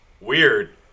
Weird